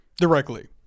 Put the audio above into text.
Directly